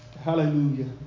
hallelujah